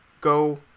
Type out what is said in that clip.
go